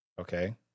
Okay